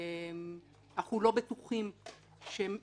אנחנו לא בטוחים שנתונים